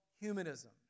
humanism